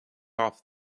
off